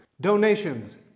donations